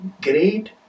great